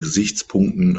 gesichtspunkten